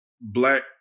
black